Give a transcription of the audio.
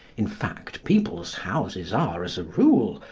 in fact, people's houses are, as a rule,